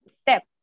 step